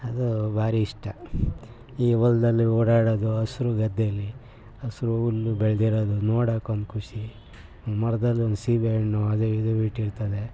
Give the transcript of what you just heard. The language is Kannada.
ಅದು ಭಾರಿ ಇಷ್ಟ ಈ ಹೊಲದಲ್ಲಿ ಓಡಾಡೋದು ಹಸಿರು ಗದ್ದೇಲಿ ಹಸಿರು ಹುಲ್ಲು ಬೆಳೆದಿರೋದು ನೋಡೋಕ್ಕೊಂದು ಖುಷಿ ಮರದಲ್ಲೊಂದು ಸೀಬೆ ಹಣ್ಣು ಅದು ಇದು ಬಿಟ್ಟಿರ್ತದೆ